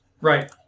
Right